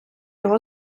його